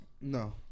No